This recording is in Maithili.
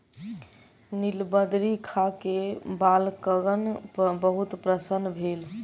नीलबदरी खा के बालकगण बहुत प्रसन्न भेल